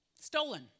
stolen